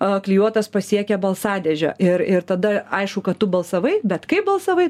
aklijuotas pasiekia balsadėžę ir ir tada aišku kad tu balsavai bet kaip balsavai